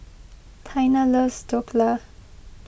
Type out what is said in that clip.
Taina loves Dhokla